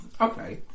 okay